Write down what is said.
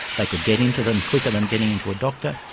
they could get into them quicker than getting into a doctor,